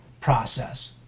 Process